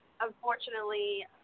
unfortunately